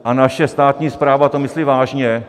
A naše státní správa to myslí vážně.